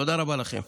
תודה רבה לכם.